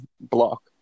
block